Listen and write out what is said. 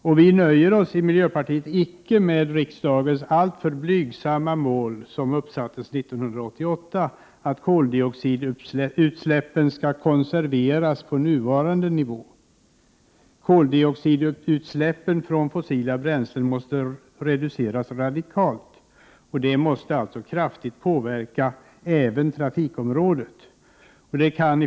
Vi i miljöpartiet nöjer oss inte med riksdagens alltför blygsamma mål, som uppsattes 1988, att koldioxidutsläppen skall konserveras på nuvarande nivå. Koldioxidutsläppen från fossila bränslen måste reduceras radikalt. Detta måste kraftigt påverka även transportområdet.